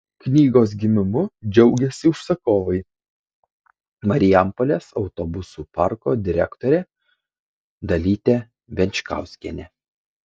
knygos gimimu džiaugėsi užsakovai marijampolės autobusų parko direktorė dalytė venčkauskienė